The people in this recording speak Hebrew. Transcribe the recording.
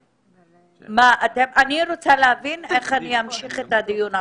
אני רוצה להבין איך אמשיך את הדיון עכשיו.